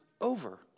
over